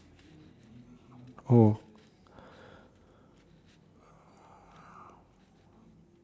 oh